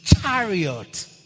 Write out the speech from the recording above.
chariot